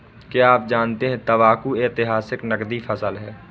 क्या आप जानते है तंबाकू ऐतिहासिक नकदी फसल है